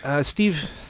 Steve